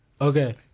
okay